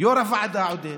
יו"ר הוועדה עודד